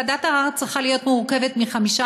ועדת הערר צריכה להיות מורכבת מחמישה